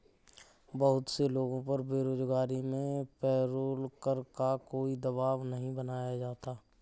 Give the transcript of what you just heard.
बहुत से लोगों पर बेरोजगारी में पेरोल कर का कोई दवाब नहीं बनाया जाता है